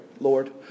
Lord